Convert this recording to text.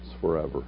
forever